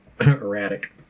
erratic